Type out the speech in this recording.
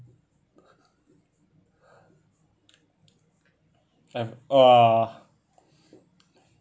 I'm ugh